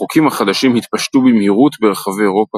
החוקים החדשים התפשטו במהירות ברחבי אירופה